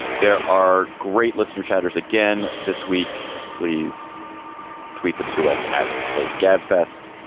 there are great listener chatters again this week. please tweet them to us at slate gabfest,